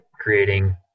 creating